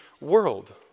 world